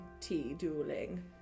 tea-dueling